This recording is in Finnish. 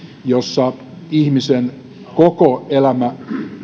jossa ihmisen koko elämä